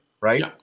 right